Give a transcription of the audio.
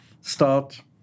start